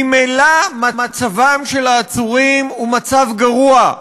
ממילא מצבם של העצורים גרוע,